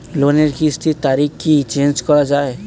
লোনের কিস্তির তারিখ কি চেঞ্জ করা যায়?